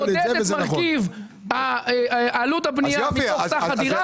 בודק את מרכיב עלות הבנייה באותה דירה.